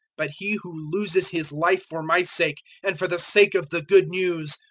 but he who loses his life for my sake, and for the sake of the good news,